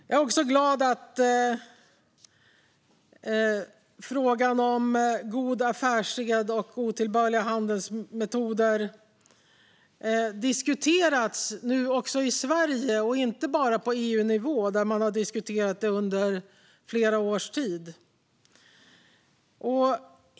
Jag är också glad att frågan om god affärssed och otillbörliga handelsmetoder nu har diskuterats också i Sverige och inte bara på EU-nivå, där man har diskuterat den under flera års tid.